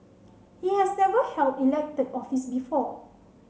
he has never held elected office before